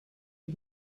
you